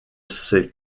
ses